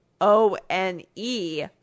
O-N-E